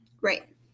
Right